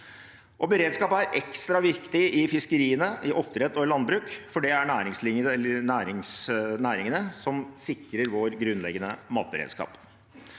Beredskap er ekstra viktig i fiskeriene, i oppdrett og landbruk, for det er næringene som sikrer vår grunnleggende matberedskap.